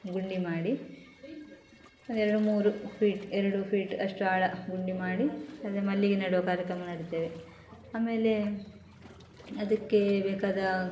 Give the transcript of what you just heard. ಗುಂಡಿ ಮಾಡಿ ಎರಡು ಮೂರು ಫೀಟ್ ಎರಡು ಫೀಟ್ ಅಷ್ಟು ಆಳ ಗುಂಡಿ ಮಾಡಿ ಅದು ಮಲ್ಲಿಗೆ ನೆಡುವ ಕಾರ್ಯಕ್ರಮ ನೆಡುತ್ತೇವೆ ಆಮೇಲೆ ಅದಕ್ಕೆ ಬೇಕಾದ